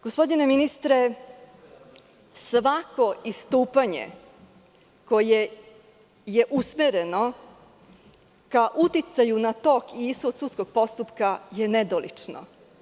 Gospodine ministre, svako istupanje koje je usmereno ka uticaju na tok i ishod sudskog postupka je nedolično.